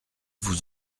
vous